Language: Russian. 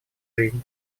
жизнь